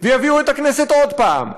ויביאו את הכנסת עוד פעם,